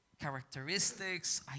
characteristics